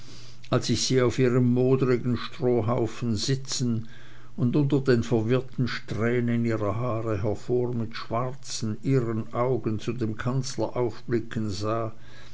als ich sie auf ihrem modrigen strohhaufen sitzen und unter den verwirrten strähnen ihrer haare hervor mit schwarzen irren augen zu dem kanzler aufblicken sah